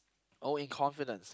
oh in confidence